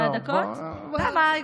בואי, למה?